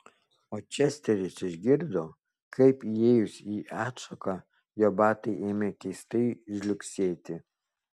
o česteris išgirdo kaip įėjus į atšaką jo batai ėmė keistai žliugsėti